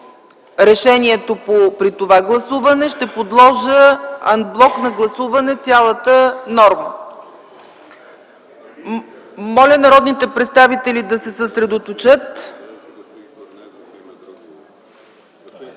решението при това гласуване, ще подложа ан блок на гласуване цялата норма. Моля народните представители да се съсредоточат.